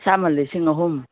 ꯑꯁꯥꯃꯟ ꯂꯤꯁꯤꯡ ꯑꯍꯨꯝ